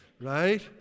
right